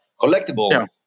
collectible